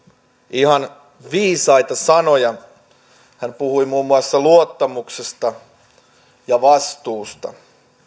ihan viisaita sanoja hän puhui muun muassa luottamuksesta ja vastuusta